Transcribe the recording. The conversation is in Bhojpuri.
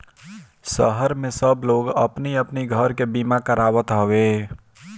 शहर में सब लोग अपनी अपनी घर के बीमा करावत हवे